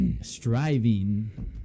striving